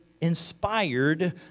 inspired